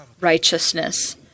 righteousness